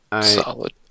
Solid